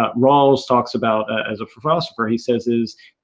ah rawls talks about as a philosopher. he says that